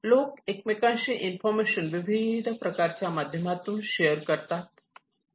लोक एकमेकांशी इंफॉर्मेशन विविध प्रकारच्या माध्यमातून शेअर करतात